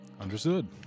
Understood